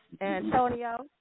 Antonio